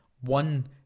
one